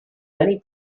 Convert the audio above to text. many